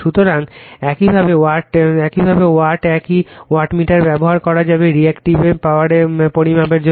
সুতরাং এইভাবে ওয়াট একই ওয়াটমিটার ব্যবহার করা যাবে রিএক্টিভে পাওয়ার পরিমাপের জন্য